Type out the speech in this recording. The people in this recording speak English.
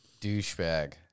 douchebag